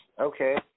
okay